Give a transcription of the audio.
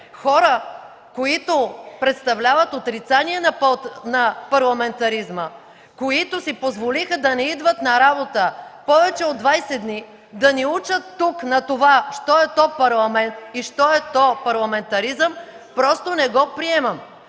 Хора, които представляват отрицание на парламентаризма, които си позволиха да не идват на работа повече от 20 дни, да ни учат тук на това що е то Парламент, и що е то парламентаризъм, просто не го приемам.